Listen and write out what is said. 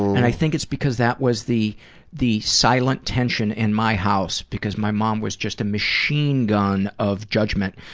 i think it's because that was the the silent tension in my house, because my mom was just a machine gun of judgment,